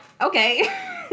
okay